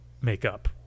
makeup